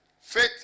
Faith